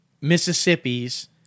Mississippi's